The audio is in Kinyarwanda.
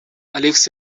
alex